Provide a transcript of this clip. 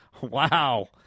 Wow